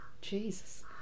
Jesus